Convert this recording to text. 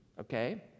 okay